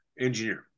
engineer